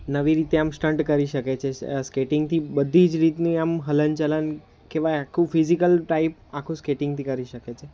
નવી રીતે આમ સ્ટન્ટ કરી શકે છે સ્કેટિંગથી બધી જ રીતની આમ હલનચલન કહેવાય આખું ફિઝિકલ ટાઈપ આખું સ્કેટિંગથી કરી શકે છે